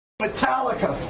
Metallica